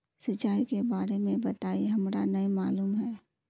सिंचाई के बारे में बताई हमरा नय मालूम है?